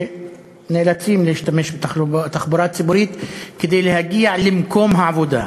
שנאלצים להשתמש בתחבורה ציבורית כדי להגיע למקום העבודה.